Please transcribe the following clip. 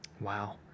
Wow